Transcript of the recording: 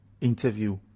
interview